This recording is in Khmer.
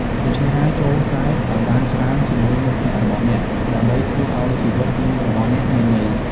ដូច្នេះហើយ ចូរសើចឱ្យបានច្រើនជាមួយមិត្តភក្តិរបស់អ្នក ដើម្បីធ្វើឱ្យជីវិតរបស់អ្នកមានន័យ។